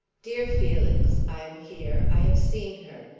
dear felix i am here i have seen her.